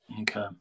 Okay